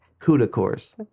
Cuda-cores